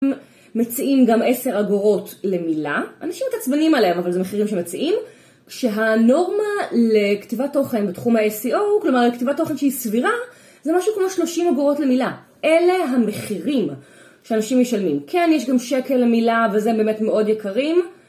מציעים גם עשר אגורות למילה, אנשים מתעצבנים עליהם אבל זה מחירים שמציעים, כשהנורמה לכתיבת תוכן בתחום ה-SEO, כלומר לכתיבת תוכן שהיא סבירה זה משהו כמו שלושים אגורות למילה, אלה המחירים שאנשים משלמים, כן יש גם שקל למילה וזה באמת מאוד יקרים